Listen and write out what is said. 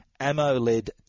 AMOLED